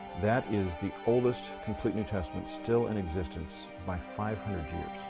that is the oldest complete new testament still in existence by five hundred years.